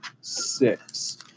six